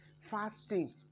fasting